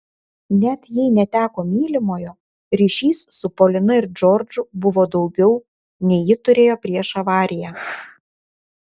net jei neteko mylimojo ryšys su polina ir džordžu buvo daugiau nei ji turėjo prieš avariją